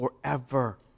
forever